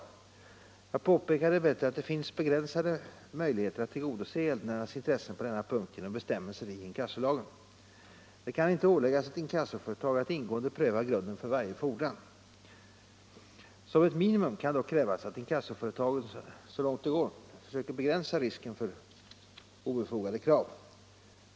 Jag påpekade emellertid att det finns begränsade möjligheter att tillgodose gäldenärernas intressen på denna punkt genom bestämmelser i inkassolagen. Det kan inte åläggas ett inkassoföretag att ingående pröva grunden för varje fordran. Som ett minimum kan dock krävas att inkassoföretagen så långt möjligt försöker begränsa risken för obefogade krav.